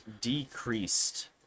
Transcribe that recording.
decreased